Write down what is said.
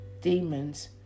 demons